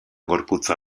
gorputza